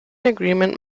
agreement